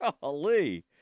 golly